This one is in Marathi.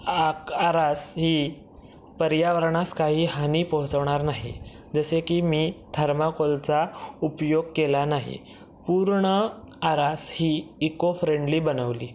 आकारास ही पर्यावरणास काही हानी पोहोचवणार नाही जसे की मी थर्माकोलचा उपयोग केला नाही पूर्ण आरास ही इको फ्रेंडली बनवली